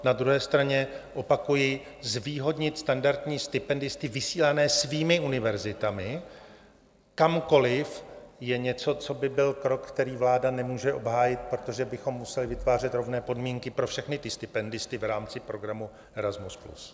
Na druhé straně opakuji, zvýhodnit standardní stipendisty vysílané svými univerzitami kamkoliv je něco, co by byl krok, který vláda nemůže obhájit, protože bychom museli vytvářet rovné podmínky pro všechny stipendisty v rámci programu Erasmus+.